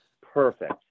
perfect